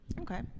Okay